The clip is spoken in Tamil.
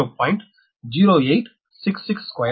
08662 6